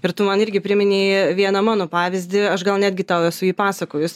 ir tu man irgi priminei vieną mano pavyzdį aš gal netgi tau esu jį pasakojus